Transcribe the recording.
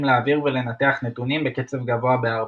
להעביר ולנתח נתונים בקצב גבוה בהרבה.